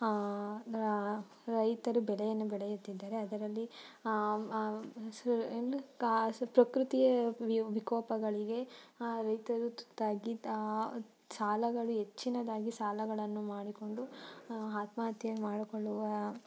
ರೈತರು ಬೆಳೆಯನ್ನು ಬೆಳೆಯುತ್ತಿದ್ದಾರೆ ಅದರಲ್ಲಿ ಕಾಸು ಪ್ರಕೃತಿಯ ವಿಕೋಪಗಳಿಗೆ ರೈತರು ತುತ್ತಾಗಿ ತ ಸಾಲಗಳು ಹೆಚ್ಚಿನದಾಗಿ ಸಾಲಗಳನ್ನು ಮಾಡಿಕೊಂಡು ಆತ್ಮಹತ್ಯೆ ಮಾಡಿಕೊಳ್ಳುವ